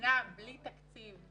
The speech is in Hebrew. מדינה בלי תקציב,